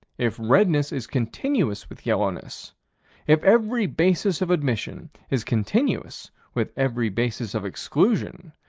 if redness is continuous with yellowness if every basis of admission is continuous with every basis of exclusion,